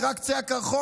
זה רק קצה הקרחון,